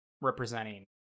representing